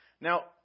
Now